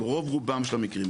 רוב רובם של המקרים,